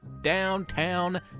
downtown